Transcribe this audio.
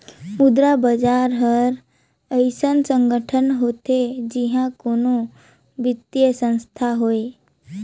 मुद्रा बजार हर अइसन संगठन होथे जिहां कोनो बित्तीय संस्थान होए